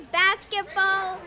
basketball